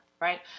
Right